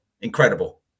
Incredible